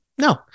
No